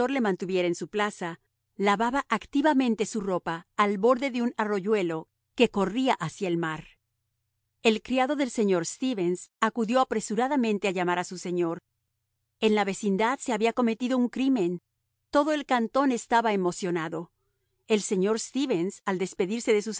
le mantuviera en su plaza lavaba activamente su ropa al borde de un arroyuelo que corría hacia el mar el criado del señor stevens acudió apresuradamente a llamar a su señor en la vecindad se había cometido un crimen todo el cantón estaba emocionado el señor stevens al despedirse de sus